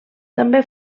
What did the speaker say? també